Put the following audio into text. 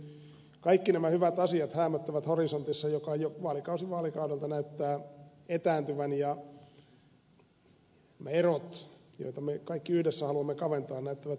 eli kaikki nämä hyvät asiat häämöttävät horisontissa joka jo vaalikausi vaalikaudelta näyttää etääntyvän ja nämä erot joita me kaikki yhdessä haluamme kaventaa näyttävät pikemminkin kasvavan